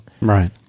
Right